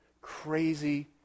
crazy